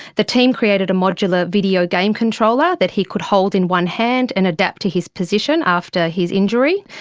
the team created a modular videogame controller that he could hold in one hand and adapt to his position after his injury.